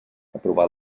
aprovar